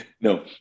No